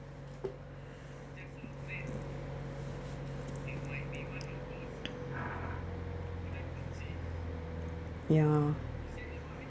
ya